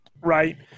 right